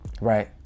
right